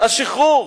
השחרור.